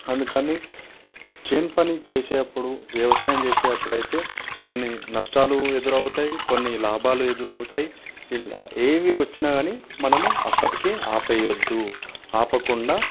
అందుకని చేను పని చేసేటప్పుడు వ్యవసాయం చేసే అప్పుడైతే కొన్ని నష్టాలు ఎదురవుతాయి కొన్ని లాభాలు ఎదురవుతాయి ఎలా ఏవి వచ్చిన కానీ మనము అప్పటికే ఆపేయొద్దు మనం ఆపకుండా